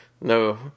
No